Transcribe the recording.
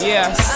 Yes